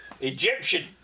Egyptian